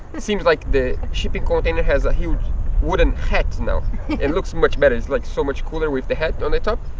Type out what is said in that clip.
it seems like the shipping container has a huge wooden hat now. it looks much better. it's like so much cooler with the hat on the top.